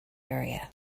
area